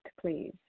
please